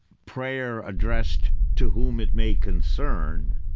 prayer addressed to whom it may concern,